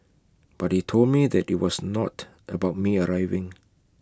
but he told me that IT was not about me arriving